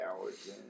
hours